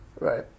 right